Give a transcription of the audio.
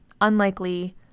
unlikely